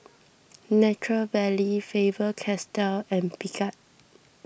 Nature Valley Faber Castell and Picard